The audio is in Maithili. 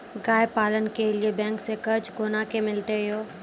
गाय पालन के लिए बैंक से कर्ज कोना के मिलते यो?